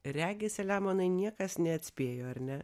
regis selemonai niekas neatspėjo ar ne